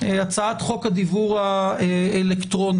הצעת חוק הדיוור האלקטרוני.